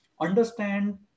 understand